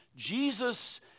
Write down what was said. Jesus